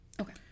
Okay